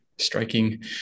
striking